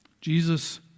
Jesus